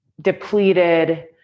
depleted